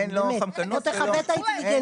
ותכבד את האינטליגנציה שלנו.